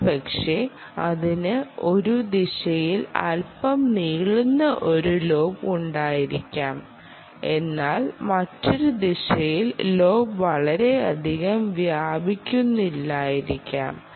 ഒരുപക്ഷേ അതിന് ഒരു ദിശയിൽ അല്പം നീളുന്ന ഒരു ലോബ് ഉണ്ടായിരിക്കാം എന്നാൽ മറ്റൊരു ദിശയിൽ ലോബ് വളരെയധികം വ്യാപിക്കുന്നില്ലായിരിക്കാം